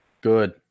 Good